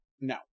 No